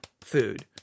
food